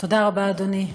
תודה רבה, אדוני.